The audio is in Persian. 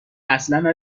اصلا